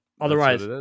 otherwise